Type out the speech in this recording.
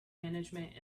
management